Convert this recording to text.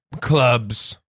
clubs